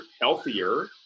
healthier